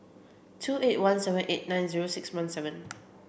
two eight one seven eight nine zero six one seven